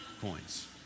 coins